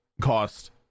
cost